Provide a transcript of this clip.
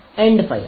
end fire